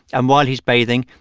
and while he's bathing,